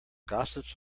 gossips